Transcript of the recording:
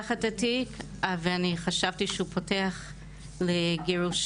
את התיק ואני חשבתי שהוא פותח לגירושים,